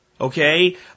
okay